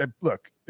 Look